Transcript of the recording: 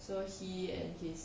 so he and his